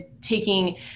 taking